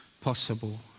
possible